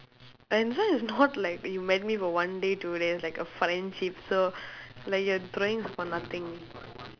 and this one is not like you met me for one day two days like a friendship so like you're throwing is for nothing